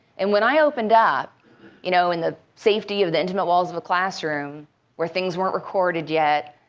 and when i opened up you know in the safety of the intimate walls of a classroom where things weren't recorded yet,